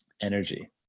Energy